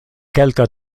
kelka